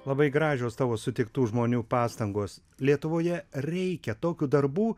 labai gražios tavo sutiktų žmonių pastangos lietuvoje reikia tokių darbų